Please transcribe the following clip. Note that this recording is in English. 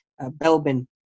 Belbin